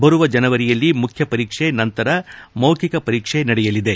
ಬರುವ ಜನವರಿಯಲ್ಲಿ ಮುಖ್ಯ ಪರೀಕ್ಷೆ ನಂತರ ಮೌಖಿಕ ಪರೀಕ್ಷೆ ನಡೆಯಲಿದೆ